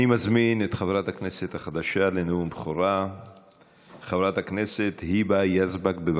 אני מזמין את חברת הכנסת החדשה חברת הכנסת היבה יזבק לנאום בכורה.